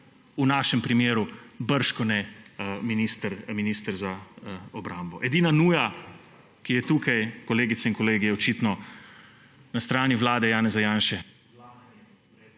v našem primeru bržkone minister za obrambo. Edina nuja, ki je tukaj, kolegice in kolegi, je očitno na strani vlade Janeza Janše